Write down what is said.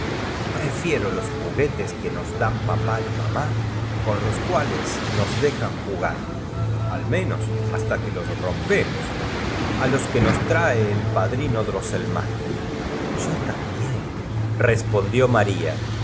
peefieto los juguetes que nos dan papá y mamá con los cuales nos dejan jugar al menos hasta que los rompemos á los que nos trae el padrino dros selmayer yo también respondió